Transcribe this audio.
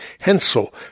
Hensel